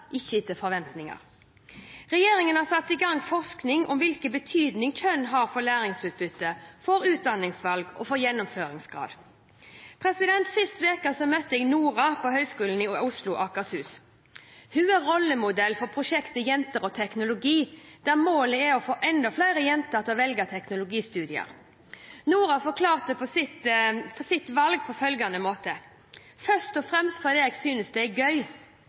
ikke etter forventninger. Regjeringen har satt i gang forskning om hvilken betydning kjønn har for læringsutbytte, for utdanningsvalg og for gjennomføringsgrad. Sist uke møtte jeg Nora på Høgskolen i Oslo og Akershus. Hun er rollemodell i prosjektet Jenter og teknologi, der målet er å få enda flere jenter til å velge teknologistudier. Nora forklarte sitt valg på følgende måte: «Først og fremst fordi jeg synes det er veldig gøy.